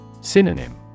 Synonym